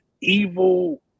evil